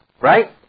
Right